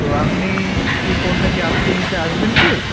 তো আপনি কি ফোনটা কি আজকে নিতে আসবেন কি